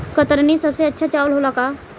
कतरनी सबसे अच्छा चावल होला का?